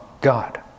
God